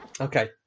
Okay